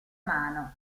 mano